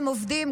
הם עובדים,